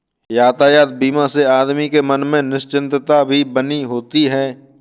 यातायात बीमा से आदमी के मन में निश्चिंतता भी बनी होती है